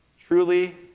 truly